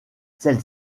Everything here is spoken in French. celles